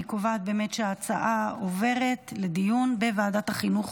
אני קובעת שההצעה עוברת לדיון בוועדת החינוך